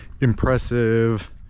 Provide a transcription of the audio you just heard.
impressive